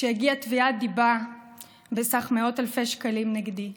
כשהגיעה תביעת דיבה בסך מאות אלפי שקלים נגדי,